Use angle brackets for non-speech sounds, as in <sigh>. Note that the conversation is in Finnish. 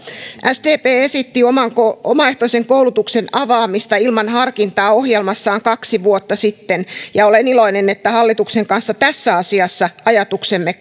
sdp esitti omaehtoisen koulutuksen avaamista ilman harkintaa ohjelmassaan kaksi vuotta sitten ja olen iloinen että hallituksen kanssa tässä asiassa ajatuksemme <unintelligible>